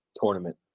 tournament